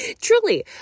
Truly